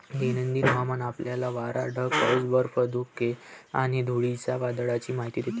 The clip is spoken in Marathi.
दैनंदिन हवामान आपल्याला वारा, ढग, पाऊस, बर्फ, धुके आणि धुळीच्या वादळाची माहिती देते